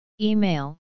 Email